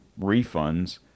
refunds